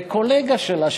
וקולגה שלה,